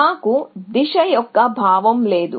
మాకు దిశ యొక్క భావం లేదు